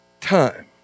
time